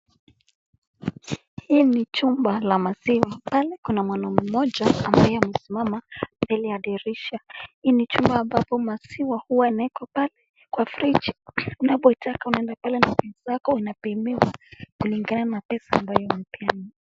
Hii ni chumba la maziwa. Pale kuna mwanamume mmoja ambaye amesimama mbele ya dirisha. Hii ni chumba ambapo maziwa huwa inawekwa pale kwa friji unapotaka unaenda pale na pesa zako ,unapimiwa kulingana na pesa ambayo umepeana.